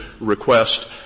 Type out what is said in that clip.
request